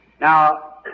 now